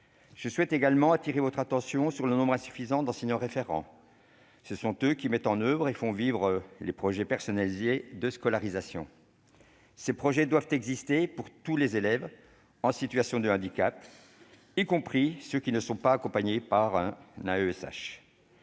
Je souhaite également attirer votre attention sur le nombre insuffisant d'enseignants référents, chargés de mettre en oeuvre et de faire vivre les projets personnalisés de scolarisation. Ces projets doivent être une réalité pour tous les élèves en situation de handicap, y compris ceux qui ne sont pas accompagnés par un AESH.